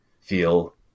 feel